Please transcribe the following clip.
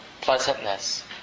pleasantness